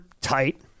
tight